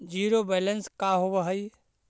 Zero balance का होव हइ?